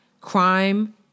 Crime